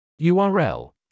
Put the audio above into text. URL